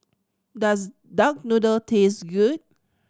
does duck noodle taste good